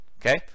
Okay